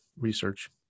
research